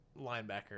linebacker